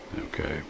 Okay